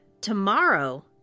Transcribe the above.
tomorrow